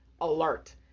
alert